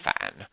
fan